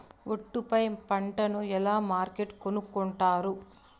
ఒట్టు పై పంటను ఎలా మార్కెట్ కొనుక్కొంటారు?